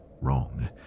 Wrong